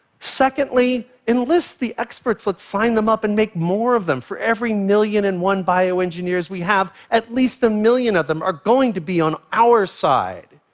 secondly, enlist the experts. let's sign them up and make more of them. for every million and one bioengineers we have, at least a million of them are going to be on our side.